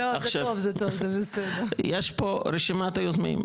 יש פה רשימת היוזמים.